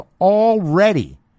already